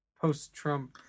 post-Trump